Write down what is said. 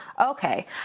Okay